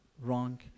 wrong